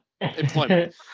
employment